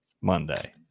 monday